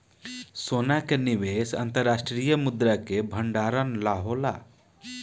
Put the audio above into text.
सोना के निवेश अंतर्राष्ट्रीय मुद्रा के भंडारण ला होला